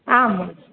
आम्